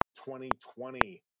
2020